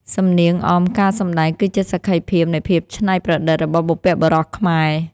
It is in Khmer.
សំនៀងអមការសម្ដែងគឺជាសក្ខីភាពនៃភាពច្នៃប្រឌិតរបស់បុព្វបុរសខ្មែរ។